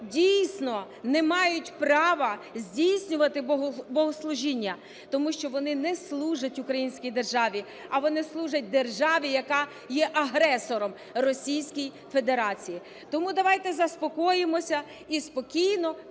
дійсно не мають права здійснювати богослужіння, тому що вони не служать українській державі, а вони служать державі, яка є агресором – Російській Федерації. Тому давайте заспокоїмося і спокійно